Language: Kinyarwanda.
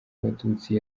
abatutsi